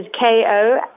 KO